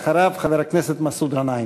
ואחריו, חבר הכנסת מסעוד גנאים.